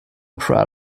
proud